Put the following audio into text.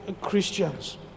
Christians